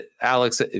Alex